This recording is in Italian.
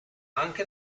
anche